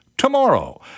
tomorrow